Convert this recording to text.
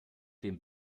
dem